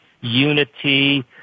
unity